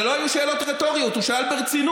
אלה לא היו שאלות רטוריות, הוא שאל ברצינות.